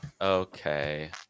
okay